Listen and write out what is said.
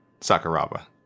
sakuraba